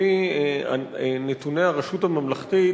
לפני נתוני הרשות הממלכתית,